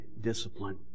discipline